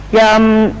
them